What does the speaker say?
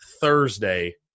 Thursday